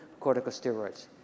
corticosteroids